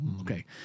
okay